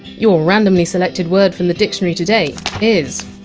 your randomly selected word from the dictionary today is!